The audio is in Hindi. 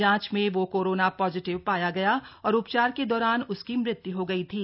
जांच में वो कोरोना पॉजिटिव पाया गया और उपचार के दौरान उसकी मृत्य् हो गई थी